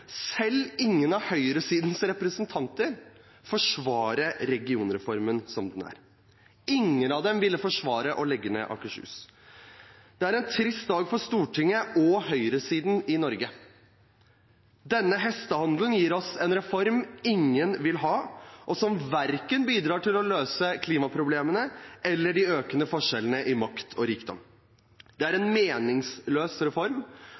selv ikke noen av høyresidens representanter – forsvare regionreformen som den er. Ingen av dem ville forsvare å legge ned Akershus. Det er en trist dag for Stortinget og høyresiden i Norge. Denne hestehandelen gir oss en reform ingen vil ha, og som verken bidrar til å løse klimaproblemene eller de økende forskjellene i makt og rikdom. Det er en meningsløs reform,